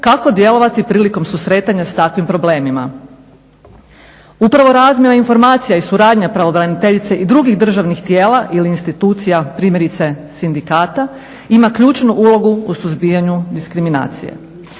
kako djelovati prilikom susretanja s takvim problemima. Upravo razmjena informacija i suradnja pravobraniteljice i drugih državnih tijela ili institucija, primjerice sindikata, ima ključnu ulogu u suzbijanju diskriminacije.